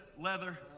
leather